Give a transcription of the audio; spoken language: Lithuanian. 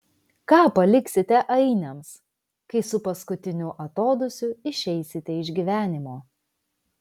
ką paliksite ainiams kai su paskutiniu atodūsiu išeisite iš gyvenimo